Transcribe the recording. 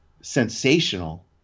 sensational